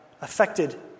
affected